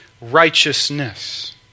righteousness